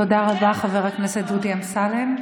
תודה רבה, חבר הכנסת דודי אמסלם.